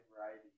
variety